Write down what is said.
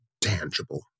tangible